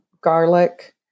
garlic